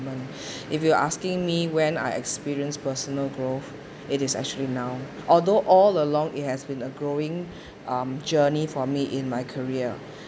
if you were asking me when I experienced personal growth it is actually now although all along it has been a growing um journey for me in my career